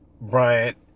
Bryant